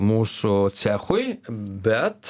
mūsų cechui bet